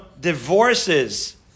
divorces